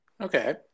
Okay